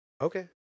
Okay